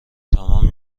تمام